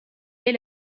dès